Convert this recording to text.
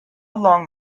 long